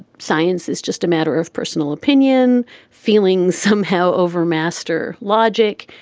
science is just a matter of personal opinion feeling somehow over master logic.